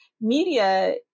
media